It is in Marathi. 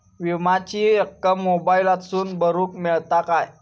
विमाची रक्कम मोबाईलातसून भरुक मेळता काय?